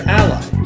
ally